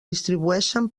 distribueixen